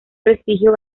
prestigio